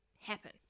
happen